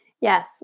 Yes